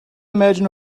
imagine